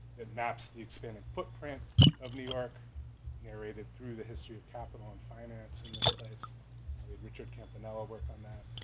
that map's the expanding footprint of new york narrated through the history of capital and finance in this place richard campanella worked on that.